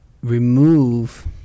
remove